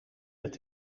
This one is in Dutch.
het